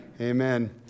Amen